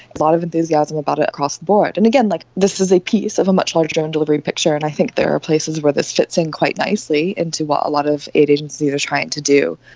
a lot of enthusiasm about it across the board. and again, like this is a piece of a much larger drone delivery picture and i think there are places where this fits in quite nicely into what a lot of aid agencies are trying to do,